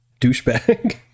douchebag